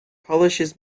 polishes